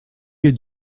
had